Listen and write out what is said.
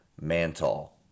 mantle